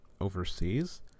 overseas